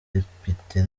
umudepite